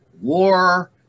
war